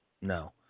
No